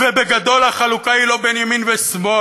ובגדול, החלוקה היא לא בין ימין ושמאל,